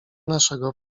naszego